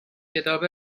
کتاب